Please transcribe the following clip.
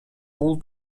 бул